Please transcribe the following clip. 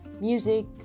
music